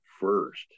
first